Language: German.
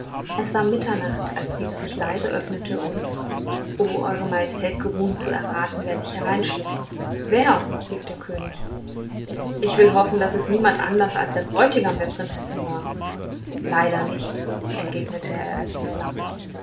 es war mitternacht als diese sich leise öffnete und o eure majestät geruhen zu erraten wer sich hereinschlich wer rief der könig ich will hoffen daß es niemand anders als der bräutigam der prinzessin war leider nicht entgegnete der erzähler